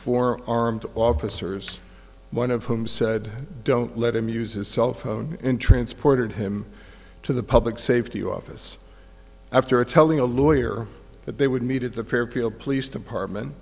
four armed officers one of whom said don't let him use his cell phone and transported him to the public safety office after telling a lawyer that they would meet at the fairfield police department